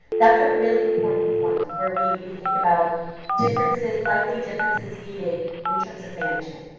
that's a really important point where we think about differences, likely differences needed in terms of management,